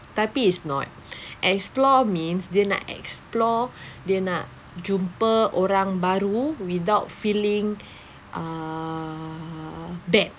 tapi it's not explore means dia nak explore dia nak jumpa orang baru without feeling err bad